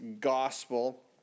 gospel